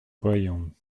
voyons